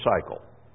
cycle